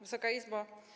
Wysoka Izbo!